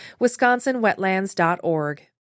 WisconsinWetlands.org